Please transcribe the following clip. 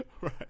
Right